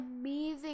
amazing